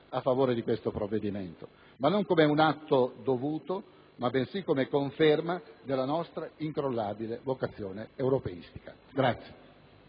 a favore di questo provvedimento, ma non come un atto dovuto, bensì come conferma della nostra incrollabile vocazione europeistica.